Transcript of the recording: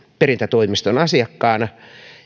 perintätoimiston asiakkaana